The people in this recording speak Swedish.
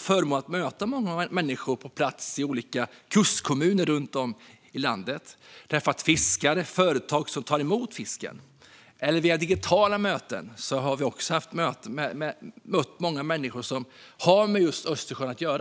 förmånen att möta många människor på plats i olika kustkommuner runt om i landet. Jag har träffat fiskare och företag som tar emot fisken. Vi har också i digitala möten mött många människor som har med just Östersjön att göra.